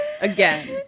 again